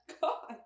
God